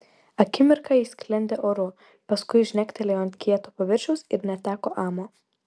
akimirką ji sklendė oru paskui žnektelėjo ant kieto paviršiaus ir neteko amo